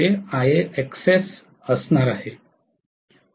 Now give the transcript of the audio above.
आता मी असे IaXs असणार आहे